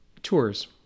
Tours